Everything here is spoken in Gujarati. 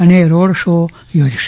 અને રોડ શો યોજશે